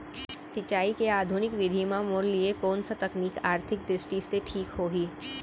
सिंचाई के आधुनिक विधि म मोर लिए कोन स तकनीक आर्थिक दृष्टि से ठीक होही?